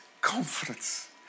confidence